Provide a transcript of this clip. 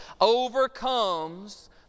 overcomes